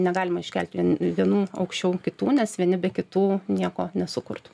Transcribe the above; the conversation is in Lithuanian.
negalima iškelt vie vienų aukščiau kitų nes vieni be kitų nieko nesukurtų